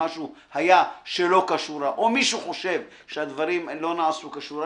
שהיה משהו לא כשורה או אם מישהו חושב שהדברים נעשו שלא כשורה,